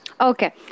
Okay